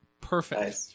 Perfect